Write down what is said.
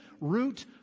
root